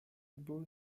ball